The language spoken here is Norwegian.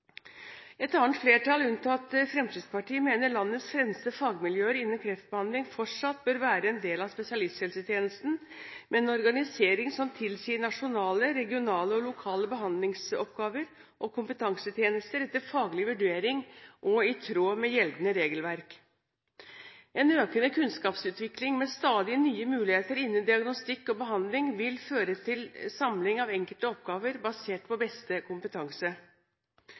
Et annet flertall, unntatt Fremskrittspartiet, mener landets fremste fagmiljøer innen kreftbehandling fortsatt bør være en del av spesialisthelsetjenesten, med en organisering som tilsier nasjonale, regionale og lokale behandlingsoppgaver og kompetansetjenester etter faglig vurdering og i tråd med gjeldende regelverk. En økende kunnskapsutvikling med stadig nye muligheter innen diagnostikk og behandling vil føre til samling av enkelte oppgaver basert på beste kompetanse.